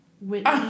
Whitney